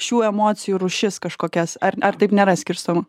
šių emocijų rūšis kažkokias ar ar taip nėra skirstoma